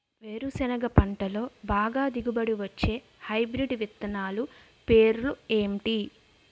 వేరుసెనగ పంటలో బాగా దిగుబడి వచ్చే హైబ్రిడ్ విత్తనాలు పేర్లు ఏంటి?